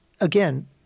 again